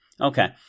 Okay